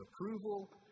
approval